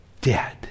dead